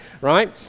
right